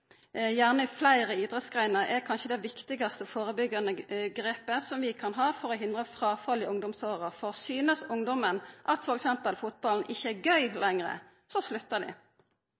gjerne i fleire idrettsgreiner, er kanskje det viktigaste førebyggjande grepet vi kan ta for å hindra fråfall i ungdomsåra. For synest ungdommen at f.eks. fotball ikkje lenger er gøy, så sluttar